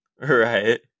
Right